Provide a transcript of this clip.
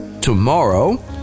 tomorrow